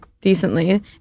decently